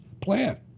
plan